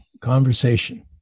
conversation